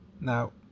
Now